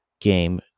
game